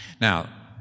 Now